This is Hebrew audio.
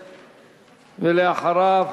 לאחריו,